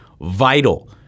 vital